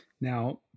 Now